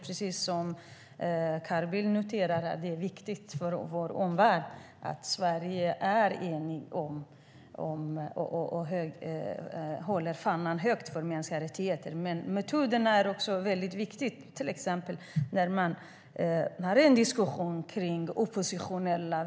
Precis som Carl Bildt säger är det viktigt för vår omvärld att vi i Sverige är eniga och håller fanan högt vad gäller mänskliga rättigheter. Också metoderna är viktiga, till exempel när man har en diskussion om oppositionella.